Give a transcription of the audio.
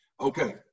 Okay